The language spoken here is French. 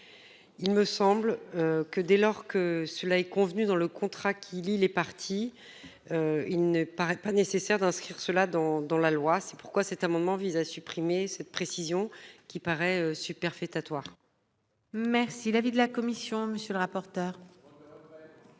Il me semble que dès lors que cela est convenu dans le contrat qui lie les parties. Il ne paraît pas nécessaire d'inscrire cela dans dans la loi c'est pourquoi cet amendement vise à supprimer cette précision qui paraît superfétatoire. Merci l'avis de la commission. Monsieur le rapporteur.